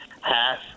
half